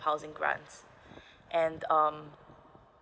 housing grants and um